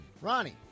ronnie